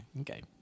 okay